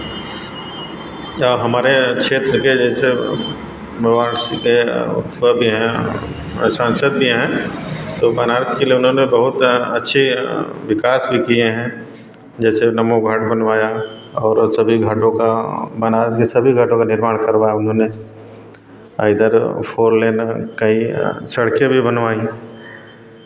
हमारे क्षेत्र के जैसे और सांसद भी हैं तो बनारस के लिए उन्होंने बहुत अच्छी विकास भी किए हैं जैसे नमो घाट बनवाया और उन सभी घाटों का बनारस के सभी घाटों का निर्माण करवाया उन्होंने और इधर फ़ोर लेन का यह सड़कें भी बनवाईं